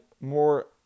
more